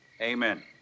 Amen